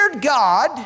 God